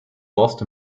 lost